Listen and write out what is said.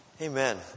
Amen